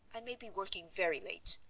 i may be working very late.